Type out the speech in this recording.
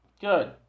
Good